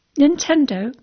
Nintendo